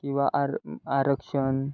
किंवा आर आरक्षण